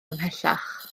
ymhellach